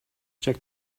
check